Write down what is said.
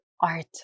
Art